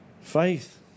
Faith